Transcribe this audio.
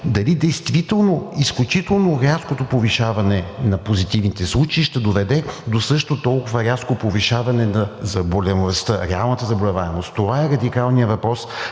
дали действително изключително рязкото повишаване на позитивните случаи ще доведе до също толкова рязко повишаване на заболеваемостта – реалната заболеваемост? Това е радикалният въпрос